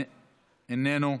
איננו,